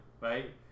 right